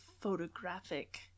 photographic